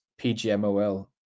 PGMOL